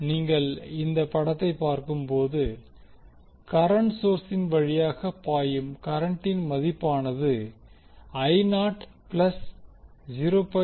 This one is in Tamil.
நீங்கள் இந்த படத்தை பார்க்கும் போது கரண்ட் சோர்ஸின் வழியாக பாயும் கரண்டின் மதிப்பானது I நாட் ப்ளஸ் 0